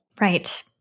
Right